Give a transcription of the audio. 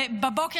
בבוקר,